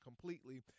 completely